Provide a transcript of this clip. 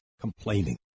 complaining